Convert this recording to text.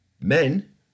men